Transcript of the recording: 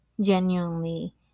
genuinely